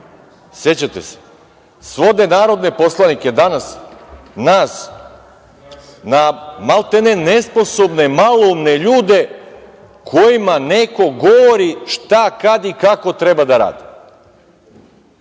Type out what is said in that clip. Sećate se? Svode narodne poslanike, danas, nas, na maltene nesposobne, maloumne ljude, kojima neko govori šta, kad i kako treba da rade. Hajmo